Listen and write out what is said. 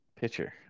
Pitcher